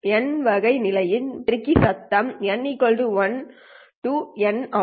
N வது நிலை பெருக்கி சத்தம் n 1 N ஆகும்